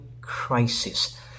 crisis